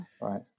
right